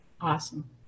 Awesome